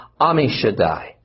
Amishadai